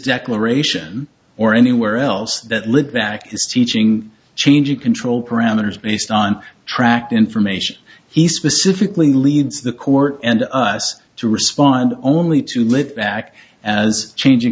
declaration or anywhere else that lived back his teaching changing control parameters based on tract information he specifically leads the court and us to respond only to lift back as chang